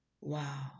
wow